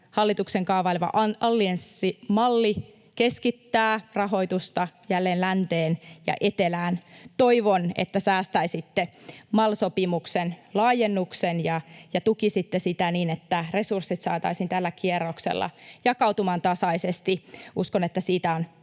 hallituksen kaavailema allianssimalli keskittää rahoitusta jälleen länteen ja etelään. Toivon, että säästäisitte MAL-sopimuksen laajennuksen ja tukisitte sitä niin, että resurssit saataisiin tällä kierroksella jakautumaan tasaisesti. Uskon, että siitä on